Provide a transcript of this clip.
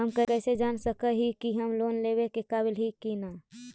हम कईसे जान सक ही की हम लोन लेवेला काबिल ही की ना?